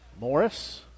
Morris